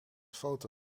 foto